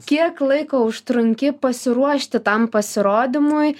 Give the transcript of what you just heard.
kiek laiko užtrunki pasiruošti tam pasirodymui